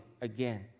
again